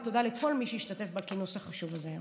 ותודה לכל מי שהשתתף בכינוס החשוב הזה היום.